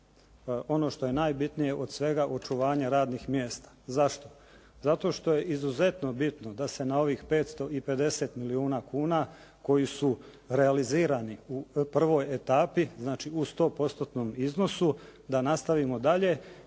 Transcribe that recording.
ono što je najbitnije od svega očuvanje radnih mjesta. Zašto? Zato što je izuzetno bitno da se na ovih 550 milijuna kuna koji su realizirani u prvoj etapi, znači u 100%-tnom iznosu da nastavimo dalje